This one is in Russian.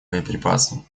боеприпасам